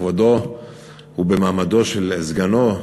בכבודו ובמעמדו של סגנו,